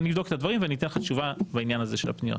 אני אבדוק את הדברים ואני אתן לך תשובה בעניין הזה של הפניות.